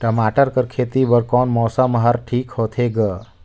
टमाटर कर खेती बर कोन मौसम हर ठीक होथे ग?